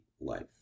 life